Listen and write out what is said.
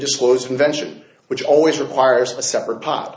disclosed convention which always requires a separate pot